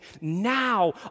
now